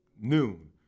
noon